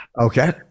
okay